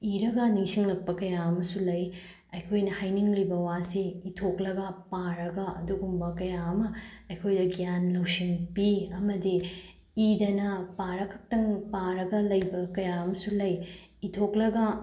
ꯏꯔꯒ ꯅꯤꯡꯁꯤꯡꯂꯛꯄ ꯀꯌꯥ ꯑꯃꯁꯨ ꯂꯩ ꯑꯩꯈꯣꯏꯅ ꯍꯥꯏꯅꯤꯡꯂꯤꯕ ꯋꯥꯁꯤ ꯏꯊꯣꯛꯂꯒ ꯄꯥꯔꯒ ꯑꯗꯨꯒꯨꯝꯕ ꯀꯌꯥ ꯑꯃ ꯑꯩꯈꯣꯏꯗ ꯒ꯭ꯌꯥꯟ ꯂꯧꯁꯤꯡ ꯄꯤ ꯑꯃꯗꯤ ꯏꯗꯅ ꯄꯥꯔꯒ ꯈꯛꯇꯪ ꯄꯥꯔꯒ ꯂꯩꯕ ꯀꯌꯥ ꯑꯃꯁꯨ ꯂꯩ ꯏꯊꯣꯛꯂꯒ